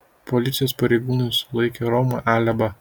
policijos pareigūnai sulaikė romą alėbą